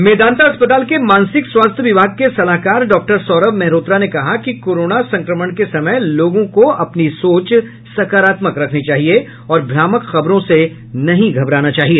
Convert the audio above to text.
मेदांता अस्पताल के मानसिक स्वास्थ्य विभाग के सलाहकार डॉक्टर सौरभ मेहरोत्रा ने कहा कि कोरोना संक्रमण के समय लोगों को अपनी सोच सकारात्मक रखनी चाहिए और भ्रामक खबरों से नहीं घबराना चाहिए